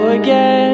again